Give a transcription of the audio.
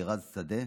אלירז שדה,